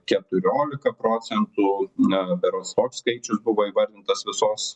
keturiolika procentų na berods toks skaičius buvo įvardintas visos